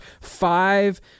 five